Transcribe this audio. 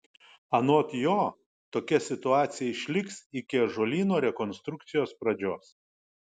anot jo tokia situacija išliks iki ąžuolyno rekonstrukcijos pradžios